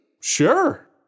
Sure